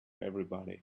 everybody